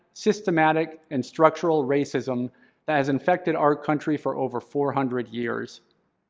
systematic, and structural racism that has infected our country for over four hundred years.